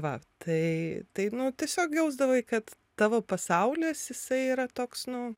va tai tai nu tiesiog jausdavai kad tavo pasaulis jisai yra toks nu